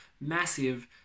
massive